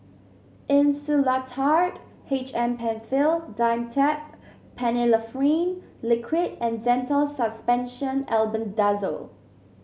Insulatard H M Penfill Dimetapp Phenylephrine Liquid and Zental Suspension Albendazole